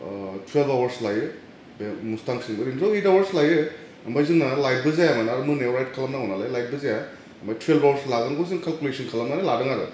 ओह टुवेलभ आवार्स लायो बे मुस्तानसिम ओरैनोथ' ओइट आवार्स लायो आमफाय जोंना लाइटबो जायामोन आर मोनायाव राइड खालामनांगौ नालाय लाइटबो जाया ओमफाय थुवेल आवार्स लागोनखौ जों केलकुलेट खालामनानै लादों आरो